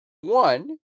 one